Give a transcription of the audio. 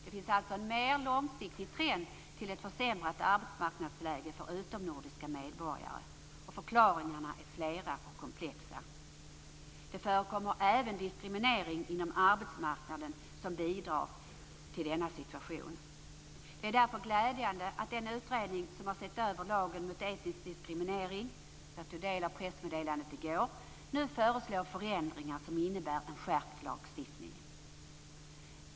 Det finns alltså en mer långsiktig trend till ett försämrat arbetsmarknadsläge för utomnordiska medborgare. Förklaringarna är flera och komplexa. Det förekommer även diskriminering inom arbetsmarknaden, vilket också bidrar till denna situation. Det är därför glädjande att den utredning som har sett över lagen mot etnisk diskriminering - jag tog del av pressmeddelandet i går - nu föreslår förändringar som innebär en skärpt lagstiftning.